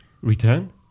Return